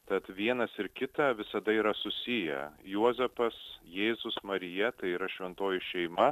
tad vienas ir kitą visada yra susiję juozapas jėzus marija tai yra šventoji šeima